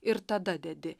ir tada dedi